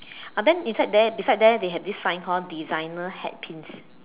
uh then inside there beside there they have this sign called designer hat pins